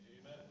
Amen